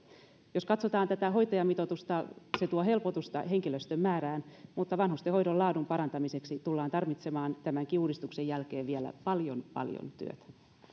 jos katsotaan tätä hoitajamitoitusta se tuo helpotusta henkilöstön määrään mutta vanhustenhoidon laadun parantamiseksi tullaan tarvitsemaan tämänkin uudistuksen jälkeen vielä paljon paljon työtä